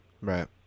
Right